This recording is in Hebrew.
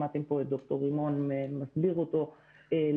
שמעתם פה את ד"ר רימון מסביר אותו לפרטים.